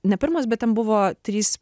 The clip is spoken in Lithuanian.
ne pirmos bet ten buvo trys